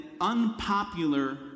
unpopular